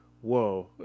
Whoa